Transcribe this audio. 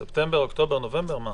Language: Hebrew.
ספטמבר, אוקטובר נובמבר.